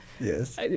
yes